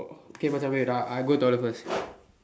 K Macha wait ah I go toilet first